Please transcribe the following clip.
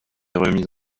remise